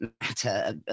matter